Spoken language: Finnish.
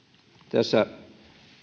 tässä